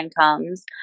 comes